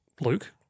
Luke